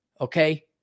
Okay